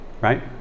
right